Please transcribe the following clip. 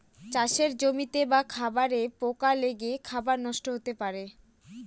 চাষের জমিতে বা খাবারে পোকা লেগে খাবার নষ্ট হতে পারে